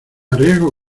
arriesgo